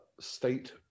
state